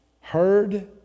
heard